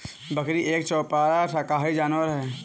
बकरी एक चौपाया शाकाहारी जानवर होता है